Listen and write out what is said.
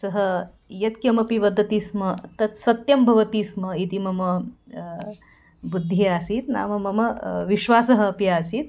सः यत्किमपि वदति स्म तत् सत्यं भवति स्म इति मम बुद्धिः आसीत् नाम मम विश्वासः अपि आसीत्